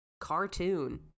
cartoon